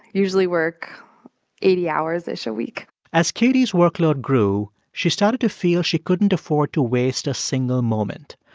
usually work eighty hours-ish a week as katie's workload grew, she started to feel she couldn't afford to waste a single moment.